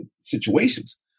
situations